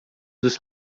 dos